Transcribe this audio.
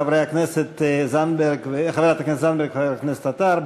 חברת הכנסת זנדברג וחבר הכנסת עטר,